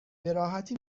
براحتی